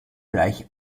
gleich